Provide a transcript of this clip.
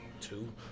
Two